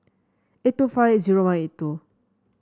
eight two five zero one eight two